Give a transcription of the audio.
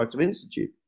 institute